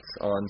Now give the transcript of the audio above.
on